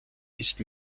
ist